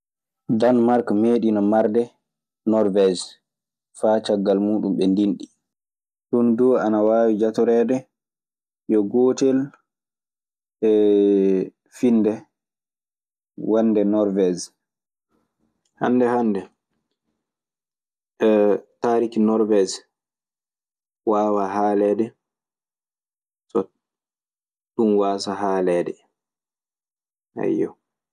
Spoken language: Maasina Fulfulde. Danmarke meeɗiino marde Norwees fa caggal muudum ɓe ndinɗi. Ɗun duu ana waawi jatoreede yo gootel finde wonde Norwees. Hannde hannde taariki Norwees waawaa haaleede so ɗun waasa haaleede. Ayyo.